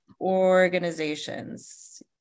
organizations